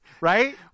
right